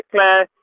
Claire